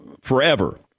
forever